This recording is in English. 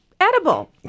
edible